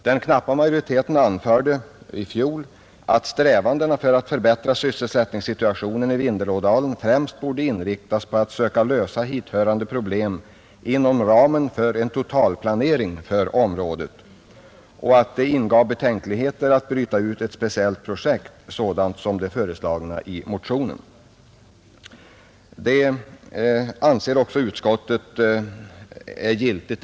Den knappa majoriteten anförde i fjol att strävandena att förbättra sysselsättningssituationen i Vindelådalen främst borde inriktas på att lösa hithörande sysselsättningsproblem inom ramen för en totalplanering för området och att det ingav betänkligheter att bryta ut ett speciellt projekt sådant som det i motionerna föreslagna.